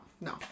No